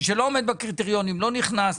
מי שלא עומד בקריטריונים לא נכנס.